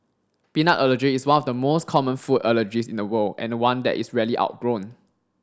peanut allergy is one of the most common food allergies in the world and one that is rarely outgrown